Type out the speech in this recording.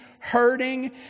hurting